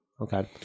Okay